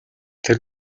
тэр